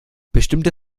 bestimmte